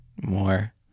more